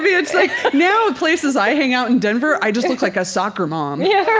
it's like now in places i hang out in denver, i just look like a soccer mom yeah,